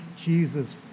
Jesus